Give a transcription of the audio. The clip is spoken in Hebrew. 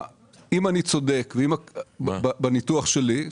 אם אני צודק בניתוח שלי,